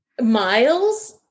Miles